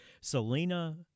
Selena